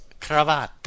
cravatta